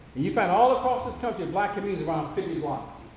you find all across this country, black communities around fifty blocks,